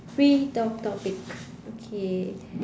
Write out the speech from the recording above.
free talk topic okay